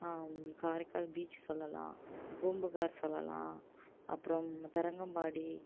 Karaikal beach சொல்லலாம் பூம்புகார் சொல்லலாம் அப்புறம் தரங்கம்பாடி